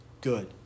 good